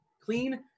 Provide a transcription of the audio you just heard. clean